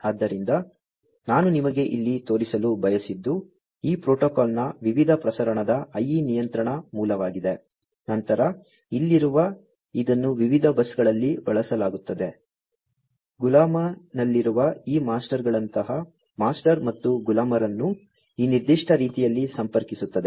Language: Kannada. ಆದ್ದರಿಂದ ನಾನು ನಿಮಗೆ ಇಲ್ಲಿ ತೋರಿಸಲು ಬಯಸಿದ್ದು ಈ ಪ್ರೋಟೋಕಾಲ್ನ ವಿವಿಧ ಪ್ರಕಾರದ IE ನಿಯಂತ್ರಣ ಮೂಲವಾಗಿದೆ ನಂತರ ಇಲ್ಲಿರುವ ಇದನ್ನು ವಿವಿಧ ಬಸ್ಗಳಲ್ಲಿ ಬಳಸಲಾಗುತ್ತದೆ ಗುಲಾಮನಲ್ಲಿರುವ ಈ ಮಾಸ್ಟರ್ನಂತಹ ಮಾಸ್ಟರ್ ಮತ್ತು ಗುಲಾಮರನ್ನು ಈ ನಿರ್ದಿಷ್ಟ ರೀತಿಯಲ್ಲಿ ಸಂಪರ್ಕಿಸುತ್ತದೆ